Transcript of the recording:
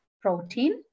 protein